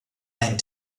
ein